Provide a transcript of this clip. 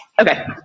Okay